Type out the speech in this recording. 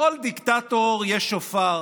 לכל דיקטטור יש שופר.